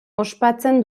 ospatzen